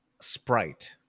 Sprite